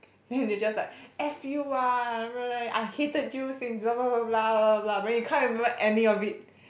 then they just like F you ah I hated you since but you can't remember any of it